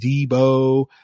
Debo